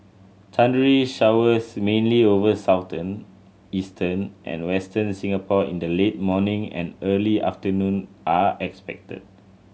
thundery showers mainly over Southern Eastern and Western Singapore in the late morning and early afternoon are expected